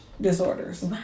disorders